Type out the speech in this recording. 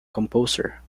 composer